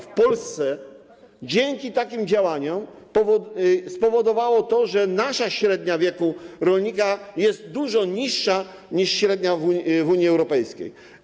W Polsce takie działania spowodowały to, że nasza średnia wieku rolnika jest dużo niższa niż średnia w Unii Europejskiej.